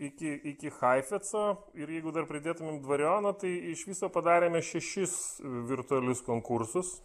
iki iki chaifeco ir jeigu dar pridėtumėm dvarioną tai iš viso padarėme šešis virtualius konkursus